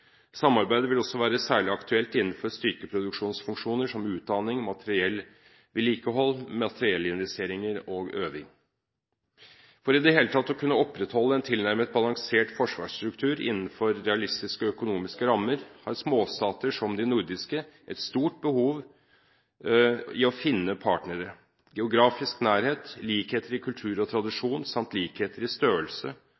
vil også være særlig aktuelt innenfor styrkeproduksjonsfunksjoner som utdanning, materiellvedlikehold, materiellinvesteringer og øving. For i det hele tatt å kunne opprettholde en tilnærmet balansert forsvarsstruktur innenfor realistiske og økonomiske rammer har småstater som de nordiske et stort behov i å finne partnere. Geografisk nærhet, likheter i kultur og